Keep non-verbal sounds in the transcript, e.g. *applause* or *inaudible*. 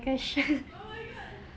gosh *laughs*